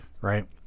Right